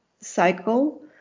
cycle